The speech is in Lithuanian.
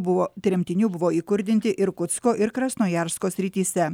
buvo tremtinių buvo įkurdinti irkutsko ir krasnojarsko srityse